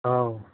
औ